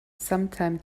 sometime